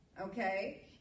okay